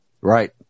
Right